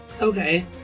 Okay